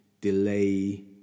delay